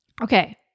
Okay